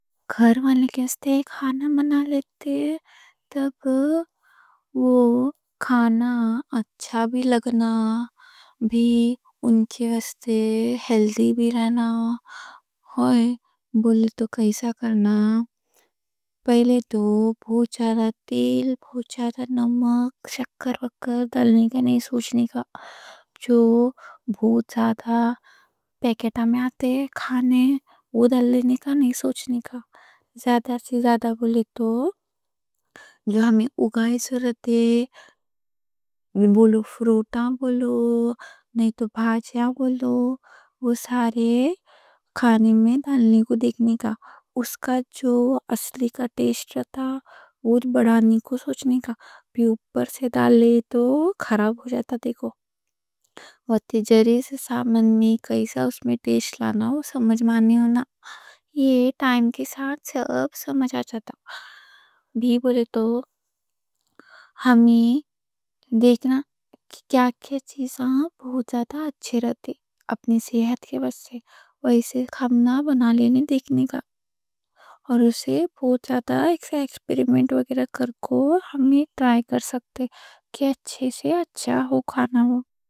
گھر والے کے ساتھ کھانا بنا لیتے، تب وہ کھانا اچھا بھی لگنا، بھی ان کے ساتھ ہیلتھی بھی رہنا۔ ہوئے، بولے تو کیسا کرنا؟ پہلے تو بہت زیادہ تیل، بہت زیادہ نمک، شکر ڈالنے کا نہیں، سوچنے کا۔ جو بہت زیادہ پیکٹاں میں آتے کھانے، وہ ڈالنے کا نہیں، سوچنے کا۔ زیادہ سے زیادہ بولے تو، جو ہم اگائیں سو رہتے، بولو فروٹاں، نہیں تو بھاجیاں بولو، وہ سارے کھانے میں ڈالنے کو دیکھنے کا۔ اس کا جو اصلی ٹیسٹ رہتا، وہ بڑھانے کا سوچنے کا؛ پھر سے ڈالنے تو خراب ہو جاتا۔ دیکھو دیکھو، وقت کے ساتھ سامان میں کیسے اس میں ٹیسٹ لانا ہو، سمجھ مانے ہونا؛ یہ ٹائم کے ساتھ سب سمجھ آ جاتا۔ بولے تو ہمیں دیکھنا، کیا کیا چیزاں بہت زیادہ اچھے رہتے، اپنی صحت کے واسطے، ویسا کھانا بنا لینے دیکھنے کا۔ اور اسے بہت زیادہ ایکسپیریمنٹ وغیرہ کر کو ہمیں ٹرائے کر سکتے، کہ اچھے سے اچھا ہو کھانا ہو، اچھے سے اچھا ہو کھانا ہو، اچھے سے اچھا ہو کھانا ہو۔